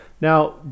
now